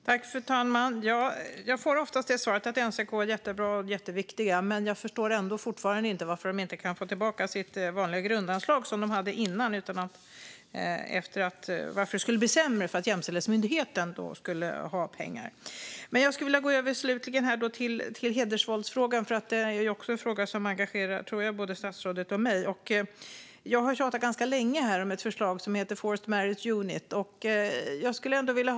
Fru talman! Jag får ofta svaret att NCK är jättebra och viktigt, men jag förstår inte varför de inte kan få tillbaka det grundanslag som de hade innan. Varför behövde det bli sämre för dem när Jämställdhetsmyndigheten skulle ha pengar? Slutligen vill jag gå in på hedersvåld. Det är en fråga som engagerar, tror jag, både statsrådet och mig. Jag har länge tjatat om ett förslag som kallas forced marriage unit.